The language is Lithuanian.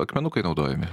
akmenukai naudojami